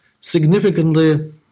significantly